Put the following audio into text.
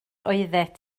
oeddet